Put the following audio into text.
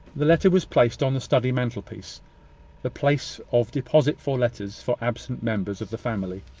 the letter was placed on the study mantelpiece the place of deposit for letters for absent members of the family.